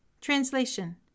Translation